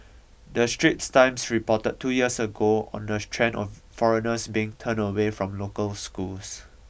The Straits Times reported two years ago on the trend of foreigners bring turned away from local schools